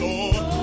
Lord